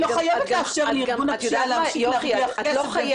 את לא חייבת, אבל את יודעת מה עוד את לא חייבת?